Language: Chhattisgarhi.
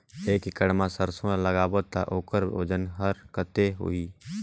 एक एकड़ मा सरसो ला लगाबो ता ओकर वजन हर कते होही?